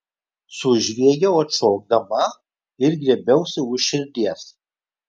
sužviegiau atšokdama ir griebiausi už širdies